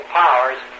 powers